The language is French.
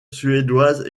suédoise